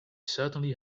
certainly